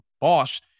boss